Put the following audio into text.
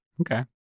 Okay